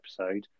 episode